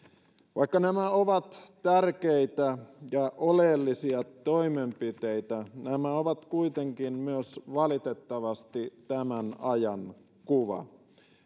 vaikka nämä ovat tärkeitä ja oleellisia toimenpiteitä nämä ovat kuitenkin myös valitettavasti tämän ajan kuva